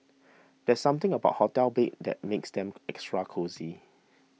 there's something about hotel beds that makes them extra cosy